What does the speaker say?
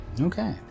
Okay